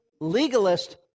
legalist